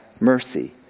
mercy